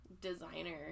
designer